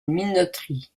minoterie